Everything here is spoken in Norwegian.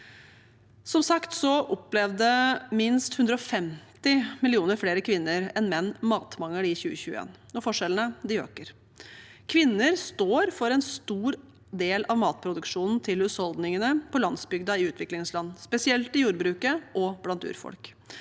til høsten. Minst 150 millioner flere kvinner enn menn opplevde matmangel i 2021, og forskjellene øker. Kvinner står for en stor del av matproduksjonen til husholdningene på landsbygda i utviklingsland, spesielt i jordbruket og blant urfolk.